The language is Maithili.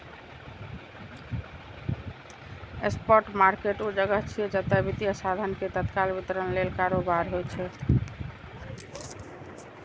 स्पॉट मार्केट ऊ जगह छियै, जतय वित्तीय साधन के तत्काल वितरण लेल कारोबार होइ छै